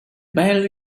barely